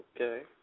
okay